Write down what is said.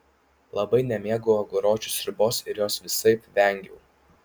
labai nemėgau aguročių sriubos ir jos visaip vengiau